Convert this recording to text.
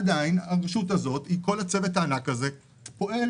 עדיין הרשות הזאת עם כל הצוות הענק הזה פועלת.